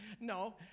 No